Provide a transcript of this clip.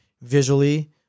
Visually